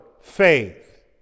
faith